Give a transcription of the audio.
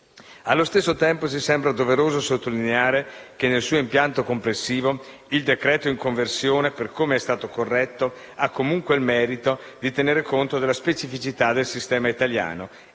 Allo stesso tempo, ci sembra doveroso sottolineare che, nel suo impianto complessivo, il decreto-legge in conversione, per come è stato corretto, ha comunque il merito di tenere conto della specificità del sistema italiano,